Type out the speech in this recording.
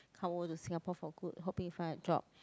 come over to Singapore for good hoping to find a job